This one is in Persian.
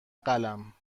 قلم